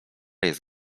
jest